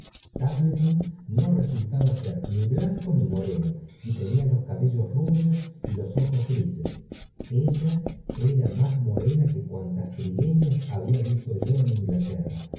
stapleton no resultaba ser ni blanco ni moreno y tenia los cabellos rubios y los ojos grises ella era más morena que cuantas trigueñas había visto yo en inglaterra